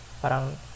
Parang